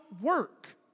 work